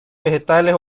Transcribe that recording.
vegetales